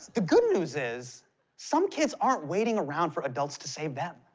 the good news is some kids aren't waiting around for adults to save them.